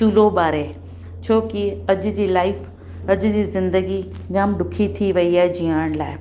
चुल्हो ॿारे छो की अॼु जी लाइफ़ अॼु जी ज़िंदगी जामु ॾुखी थी वई आहे जीअण लाइ